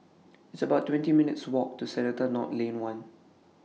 It's about twenty minutes' Walk to Seletar North Lane one